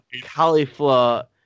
cauliflower